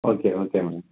okay okay madam